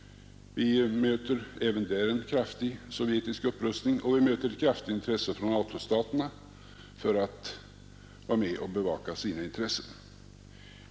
Vi möter även där en kraftig sovjetisk upprustning och en stark vilja från NATO-staterna att vara med och bevaka sina intressen.